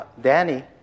Danny